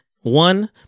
One